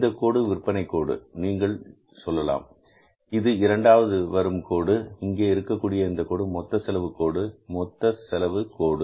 இந்தக் கோடு விற்பனை கோடு என்று நீங்கள் சொல்லலாம் இது இரண்டாவதாக வரும் கோடு இங்கே இருக்கக்கூடிய இந்த கோடு மொத்த செலவு கோடு மொத்த செலவு கோடு